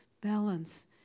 Balance